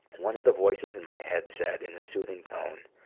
one of the voices in my head said in a soothing tone,